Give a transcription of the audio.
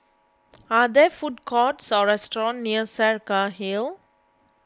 are there food courts or restaurants near Saraca Hill